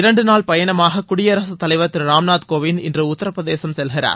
இரண்டு நாள் பயணமாக குடியரசு தலைவர் திரு ராம்நாத் கோவிந்த் இன்று உத்தரப்பிரதேசம் செல்கிறார்